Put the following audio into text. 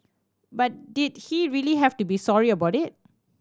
but did he really have to be sorry about it